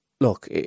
look